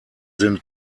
sind